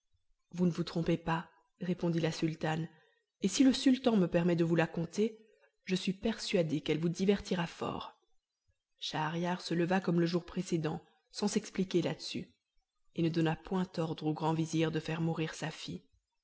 vous ne vous trompez pas répondit la sultane et si le sultan me permet de vous la conter je suis persuadée qu'elle vous divertira fort schahriar se leva comme le jour précédent sans s'expliquer là-dessus et ne donna point ordre au grand vizir de faire mourir sa fille